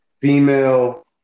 female